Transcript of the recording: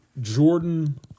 Jordan